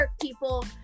people